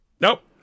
Nope